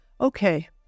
okay